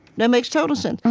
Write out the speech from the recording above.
that makes total sense,